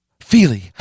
Feely